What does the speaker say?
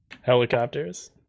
Helicopters